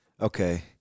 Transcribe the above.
okay